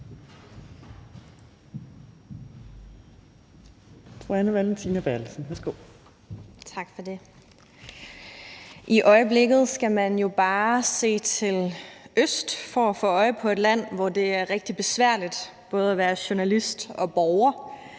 I øjeblikket skal man jo bare se til øst for at få øje på et land, hvor det er rigtig svært at være journalist og borger,